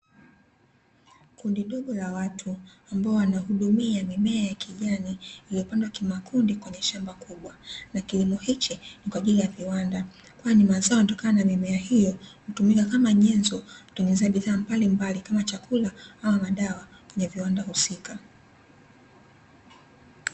Kundi dogo la watu ambao wanahudumia mimea ya kijani iliyopandwa kimakundi kwenye shamba kubwa, na kilimo hichi ni kwaajili ya viwanda kwani mazao yanayotokana na mimea hiyo hutumika kama nyenzo kutengenezea bidhaa mbalimbali kama chakula ama madawa kwenye viwanda husika.